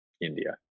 india